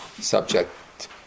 subject